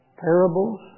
parables